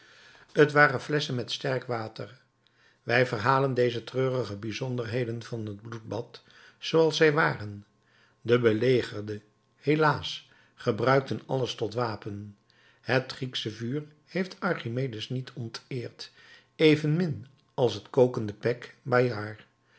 t waren flesschen met sterk water wij verhalen deze treurige bijzonderheden van het bloedbad zooals zij waren de belegerde helaas gebruikt alles tot wapen het grieksche vuur heeft archimedes niet onteerd evenmin als het kokende pek bayard